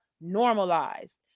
normalized